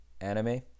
anime